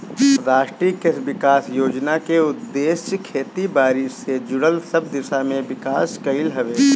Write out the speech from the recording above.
राष्ट्रीय कृषि विकास योजना के उद्देश्य खेती बारी से जुड़ल सब दिशा में विकास कईल हवे